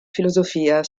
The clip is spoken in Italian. filosofia